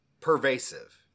pervasive